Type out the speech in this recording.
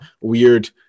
weird